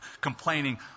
complaining